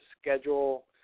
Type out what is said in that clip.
schedule